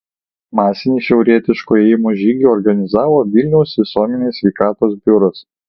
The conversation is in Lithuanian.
masinį šiaurietiško ėjimo žygį organizavo vilniaus visuomenės sveikatos biuras